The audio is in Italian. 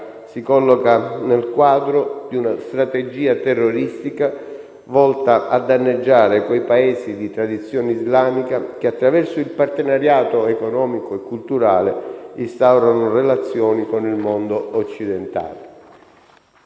si colloca nel quadro di una strategia terroristica volta a danneggiare quei Paesi di tradizione islamica che, attraverso il partenariato economico e culturale, instaurano relazioni con il mondo occidentale.